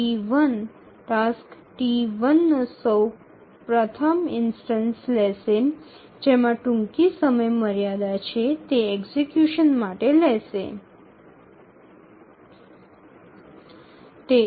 এটি T1 টাস্কটির প্রথম উদাহরণটি গ্রহণ করবে যার প্রথমতম সময়সীমা কার্যকর করার চেষ্টা করবে